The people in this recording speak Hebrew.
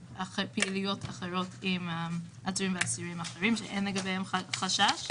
לפעילויות אחרות עם עצורים ואסירים אחרים שאין לגביהם חשש.